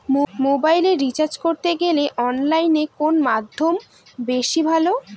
মোবাইলের রিচার্জ করতে গেলে অনলাইনে কোন মাধ্যম বেশি ভালো?